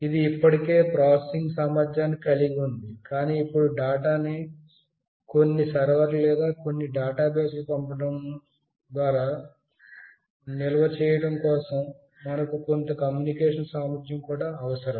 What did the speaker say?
ఇది ఇప్పటికే ప్రాసెసింగ్ సామర్థ్యాన్ని కలిగి ఉంది కానీ ఇప్పుడు డేటాను కొన్ని సర్వర్ లేదా కొన్ని డేటాబేస్లకు పంపడం లేదా నిల్వ చేయడం కోసం మనకు కొంత కమ్యూనికేషన్ సామర్థ్యం కూడా అవసరం